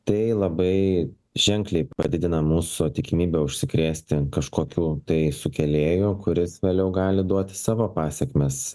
tai labai ženkliai padidina mūsų tikimybę užsikrėsti kažkokiu tai sukėlėju kuris vėliau gali duoti savo pasekmes